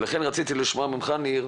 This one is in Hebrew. לכן רציתי לשמוע ממך ניר,